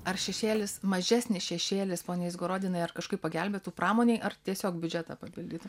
ar šešėlis mažesnis šešėlis pone izgorodinai ar kažkaip pagelbėtų pramonei ar tiesiog biudžetą papildytų